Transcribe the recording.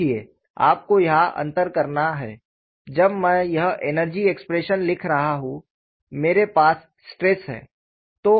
देखिए आपको यहां अंतर करना है जब मैं यह एनर्जी एक्सप्रेशन लिख रहा हूं मेरे पास स्ट्रेस है